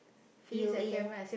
P_O_A right